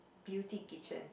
beauty kitchen